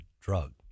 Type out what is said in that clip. drug